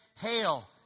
hail